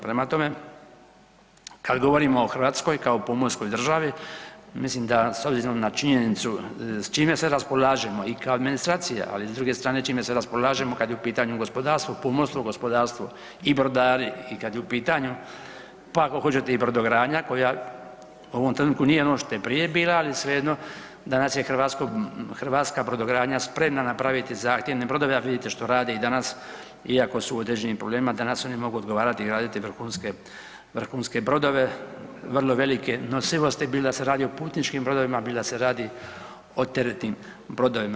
Prema tome, kada govorimo o Hrvatskoj kao o pomorskoj državi, mislim da s obzirom na činjenicu s čime sve raspolažemo i kao administracija, ali s druge strane čime sve raspolažemo kada je u pitanju gospodarstvo, pomorsko gospodarstvo i brodari i kada je u pitanju pa ako hoćete i brodogradnja koja u ovom trenutku nije ono što je prije bila, ali svejedno danas je hrvatska brodogradnja spremna napraviti zahtjevne brodove, a vidite što rade i danas iako su u određenim problemima, danas oni mogu odgovarati i graditi vrhunske brodove, vrlo velike nosivosti bilo da se radi o putničkim brodovima, bilo da se radi o teretnim brodovima.